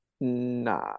Nah